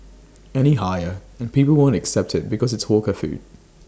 any higher and people won't accept IT because it's hawker food